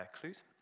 clues